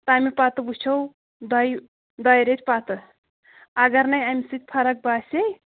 تَمہِ پتہٕ وُچھو دۄیہِ دۄیہِ ریٚتۍ پَتہٕ اگر نَے اَمہِ سۭتۍ فرق باسے